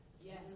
Yes